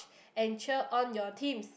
and cheer on your teams